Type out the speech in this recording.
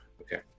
Okay